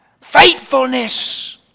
faithfulness